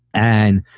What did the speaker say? and,